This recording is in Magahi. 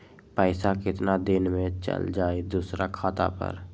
पैसा कितना दिन में चल जाई दुसर खाता पर?